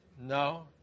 no